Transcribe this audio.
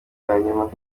yanyuma